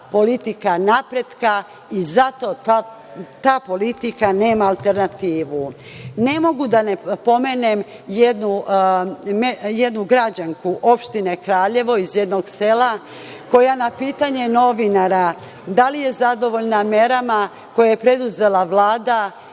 politika napretka i zato ta politika nema alternativu. Ne mogu da ne pomenem jednu građanku opštine Kraljevo, iz jednog sela koja na pitanje novinara da li je zadovoljna merama koje je preduzela Vlada